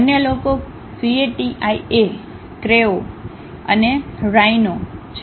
અન્ય લોકો CATIA Creo અને Rhino છે